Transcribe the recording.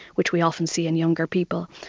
which we often see in younger people.